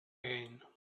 again